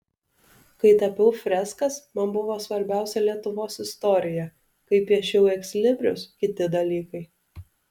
kai tapiau freskas man buvo svarbiausia lietuvos istorija kai piešiau ekslibrisus kiti dalykai